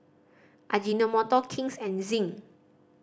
Ajinomoto King's and Zinc